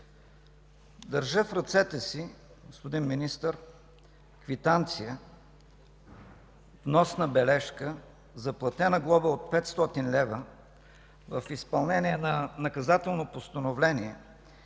Държа в ръцете си, господин Министър (показва документ), квитанция, вносна бележка за платена глоба от 500 лв. в изпълнение на наказателно постановление,